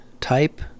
type